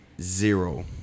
zero